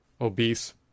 obese